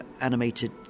animated